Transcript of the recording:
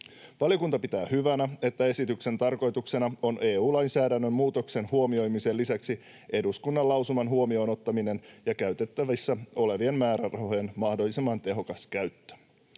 Valiokunta pitää hyvänä, että esityksen tarkoituksena on EU-lainsäädännön muutoksen huomioimisen lisäksi eduskunnan lausuman huomioon ottaminen ja käytettävissä olevien määrärahojen mahdollisimman tehokas käyttö.